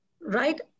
right